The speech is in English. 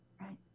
Right